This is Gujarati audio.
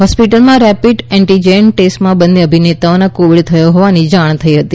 હોસ્પિટલમાં રેપિડ એન્ટીજેન ટેસ્ટમાં બંને અભિનેતાઓને કોવિડ થયો હોવાની જાણ થઈ હતી